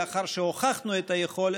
לאחר שהוכחנו את היכולת,